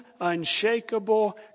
unshakable